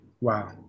wow